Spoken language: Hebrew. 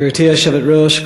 גברתי היושבת-ראש,